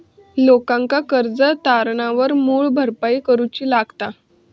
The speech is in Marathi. लोकांका कर्ज तारणावर मूळ भरपाई करूची लागता